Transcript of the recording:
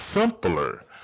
simpler